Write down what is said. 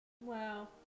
Wow